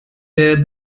der